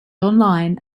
online